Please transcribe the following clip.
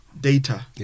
data